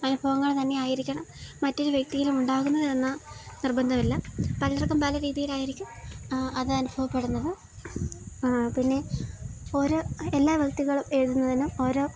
അനുഭവങ്ങള് തന്നെയായിരിക്കണം മറ്റൊരു വ്യക്തിയിലുമുണ്ടാക്കുന്നതെന്ന് നിർബന്ധമില്ല പലർക്കും പല രീതിയിലായിരിക്കും അത് അനുഭവപ്പെടുന്നത് പിന്നെ എല്ലാ വ്യക്തികളും എഴുതുന്നതിനും ഓരോ